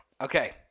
Okay